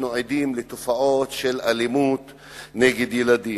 אנחנו עדים לתופעות של אלימות נגד ילדים,